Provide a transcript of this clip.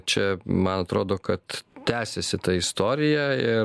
čia man atrodo kad tęsiasi ta istorija ir